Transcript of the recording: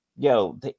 Yo